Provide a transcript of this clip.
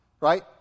Right